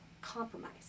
compromise